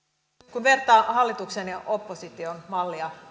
kun vertaa hallituksen ja opposition mallia